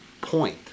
point